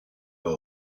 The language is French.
pas